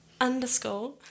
underscore